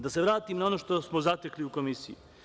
Da se vratim na ono što smo zatekli u komisiji.